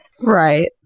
Right